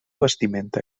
vestimenta